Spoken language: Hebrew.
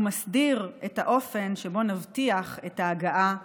מסדיר את האופן שבו נבטיח את ההגעה אליהם.